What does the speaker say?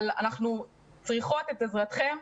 לכן אנחנו צריכות את עזרתכם,